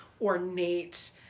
ornate